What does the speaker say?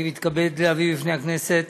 אני מתכבד להביא בפני הכנסת